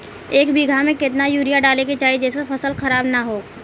एक बीघा में केतना यूरिया डाले के चाहि जेसे फसल खराब ना होख?